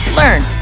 learn